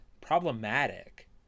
Problematic